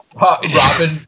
Robin